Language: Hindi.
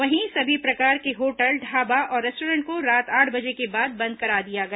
वहीं सभी प्रकार के होटल ढाबा और रेस्टॉरेंट को रात आठ बजे के बाद बंद करा दिया गया